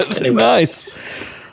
Nice